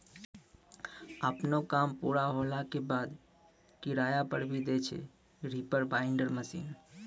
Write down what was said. आपनो काम पूरा होला के बाद, किराया पर भी दै छै रीपर बाइंडर मशीन